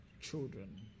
children